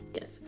yes